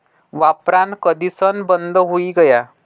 वापरान कधीसन बंद हुई गया